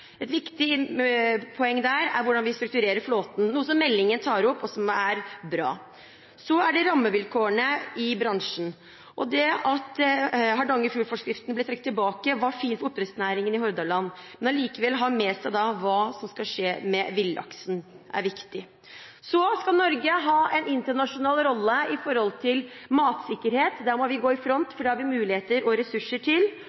Et viktig poeng der er hvordan vi strukturerer flåten, noe som meldingen tar opp, og som er bra. Så til rammevilkårene i bransjen. Det at Hardangerfjordforskriften ble trukket tilbake, var fint for oppdrettsnæringen i Hordaland, men allikevel: Det å ha med seg hva som skal skje med villaksen, er viktig. Norge skal ha en internasjonal rolle når det gjelder matsikkerhet. Der må vi gå i front, for det har vi muligheter og ressurser til.